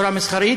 בצורה מסחרית,